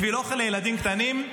בשביל אוכל לילדים קטנים.